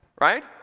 Right